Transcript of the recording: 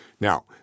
Now